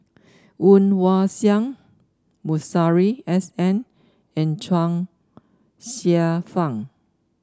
Woon Wah Siang Masuri S N and Chuang Hsueh Fang